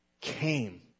came